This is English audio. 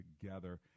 together